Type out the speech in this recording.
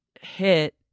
hit